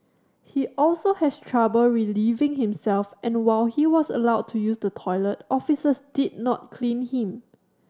he also has trouble relieving himself and while he was allowed to use the toilet officers did not clean him